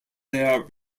their